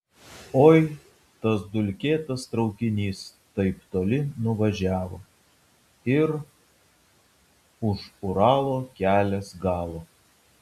oi tas dulkėtas traukinys taip toli nuvažiavo ir už uralo kelias galo